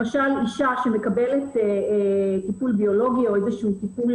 למשל אישה שמקבלת טיפול ביולוגי או טיפול